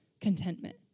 contentment